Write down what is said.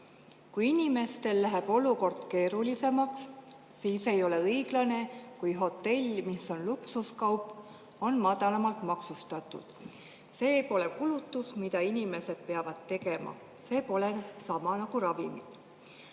"Kui inimestel läheb olukord keerulisemaks, siis ei ole õiglane, kui hotell, mis on luksuskaup, on madalamalt maksustatud. See pole kulutus, mida inimesed peavad tegema. See pole sama nagu ravimid."